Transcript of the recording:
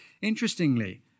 Interestingly